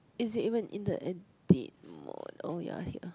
is it even in the edit mode oh ya here